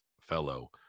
fellow